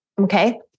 Okay